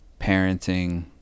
parenting